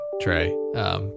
Trey